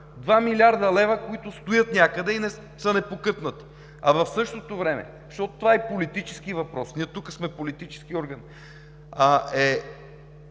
2 млрд. лв., които стоят някъде и са непокътнати, а в същото време, защото това е политически въпрос – ние тук сме политически орган,